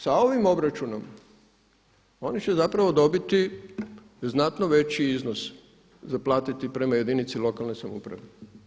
Sa ovim obračunom, oni će zapravo dobiti znatno veći iznos za platiti prema jedinici lokalne samouprave.